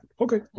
okay